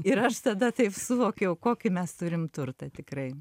ir aš tada taip suvokiau kokį mes turim turtą tikrai